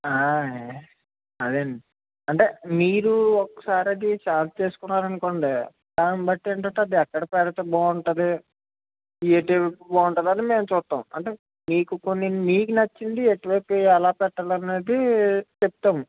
అదేనండి అంటే మీరు ఒక్కసారి అది సెలెక్ట్ చేసుకున్నారనుకోండి దాని బట్టి ఏంటంటే అది ఎక్కడ పెడితే బాగుంటుంది ఏ టేపు బాగుంటుంది అని మేము చూస్తాము అంటే మీకు కొన్ని మీకు నచ్చింది ఎట్లా ఎలా పెట్టాలనేది చెప్తాం